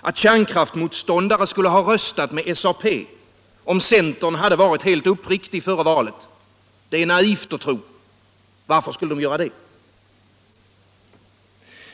Att kärnkraftsmotståndare skulle ha röstat med SAP, om centern varit helt uppriktig före valet, är naivt att tro. Varför skulle de göra det?